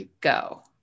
go